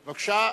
בבקשה.